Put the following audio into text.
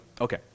Okay